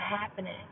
happening